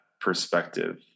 perspective